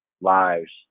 lives